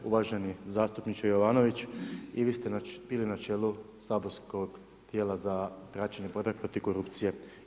Uvaženi zastupniče Jovanović, i vi ste bili na čelu saborskog tijela za praćenje borbe protiv korupcije.